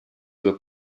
due